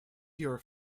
your